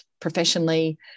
professionally